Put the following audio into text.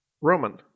Roman